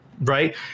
right